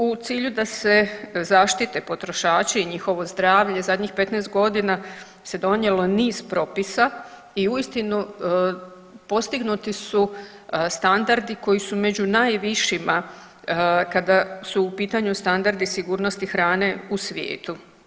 U cilju da se zaštite potrošači i njihovo zdravlje zadnjih 15 godina se donijelo niz propisa i uistinu postignuti su standardi koji su među najvišima kada su u pitanju standardi sigurnosti hrane u svijetu.